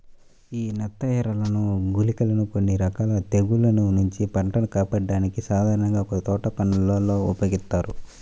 యీ నత్తఎరలు, గుళికలని కొన్ని రకాల తెగుల్ల నుంచి పంటను కాపాడ్డానికి సాధారణంగా తోటపనుల్లో ఉపయోగిత్తారు